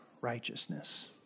righteousness